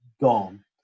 gone